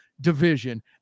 division